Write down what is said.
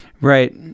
Right